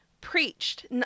preached